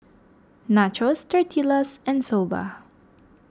Nachos Tortillas and Soba